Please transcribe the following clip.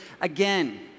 again